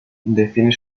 define